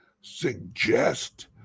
suggest